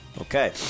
Okay